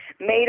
made